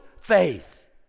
faith